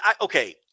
okay